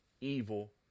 evil